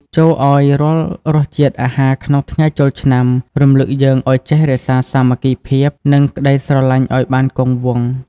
ចូរឱ្យរាល់រសជាតិអាហារក្នុងថ្ងៃចូលឆ្នាំ រំលឹកយើងឱ្យចេះរក្សាសាមគ្គីភាព និងក្ដីស្រឡាញ់ឱ្យបានគង់វង្ស។